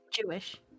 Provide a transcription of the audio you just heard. jewish